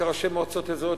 כראשי מועצות אזוריות,